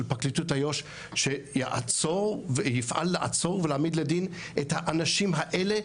של פרקליטת איו"ש שיפעל לעצור ולהעמיד לדין את האנשים האלה,